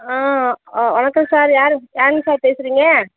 ஆ ஆ வணக்கம் சார் யார் யாருங்க சார் பேசுகிறீங்க